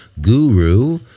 guru